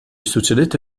succedette